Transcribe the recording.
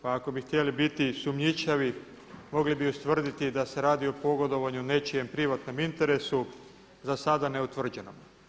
Pa ako bi htjeli biti sumnjičavi mogli bi ustvrditi da se radi o pogodovanju nečijem privatnom interesu za sada ne utvrđenom.